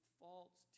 false